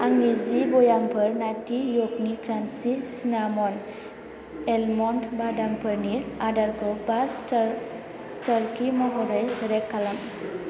आंनि जि बयामफोर नात्ति य'गनि क्रान्चि सिनामन एलमन्द बादामफोरनि आदारखौ बा स्थार स्थारथि महरै रेट खालाम